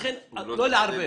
לכן, לא לערבב.